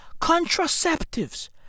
contraceptives